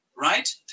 Right